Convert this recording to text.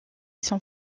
son